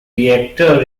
reactor